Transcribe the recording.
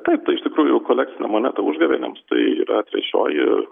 taip tai iš tikrųjų kolekciniė moneta užgavėnėms tai yra trečioji